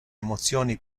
emozioni